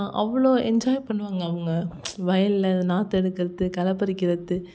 அவ்வளோ என்ஜாய் பண்ணுவாங்க அவங்க வயலில் நாற்று எடுக்கிறது களை பறிக்கிறது